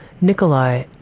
Nikolai